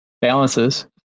balances